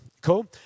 Cool